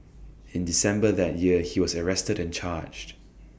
in December that year he was arrested and charged